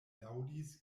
laŭdis